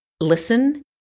listen